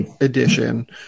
edition